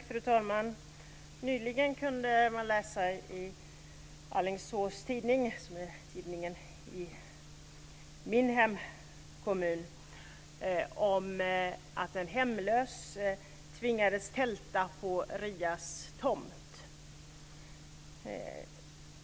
Fru talman! Nyligen kunde man läsa i Alingsås tidning, som är tidningen i min hemkommun, att en hemlös tvingades tälta på Rias tomt.